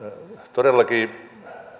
todellakin